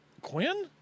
Quinn